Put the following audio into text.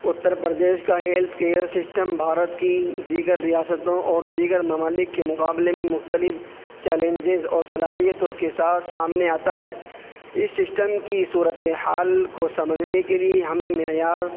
اتّر پردیش کا health care system Bharat کی دیگر ریاستوں اور دیگر ممالک کے مقابلے میں مختلف چیلنجز اور صلاحیتوں کے ساتھ سامنے آتا ہے اس سسٹم کی صورت حال کو سمجھنے کے لیے ہمیں معیار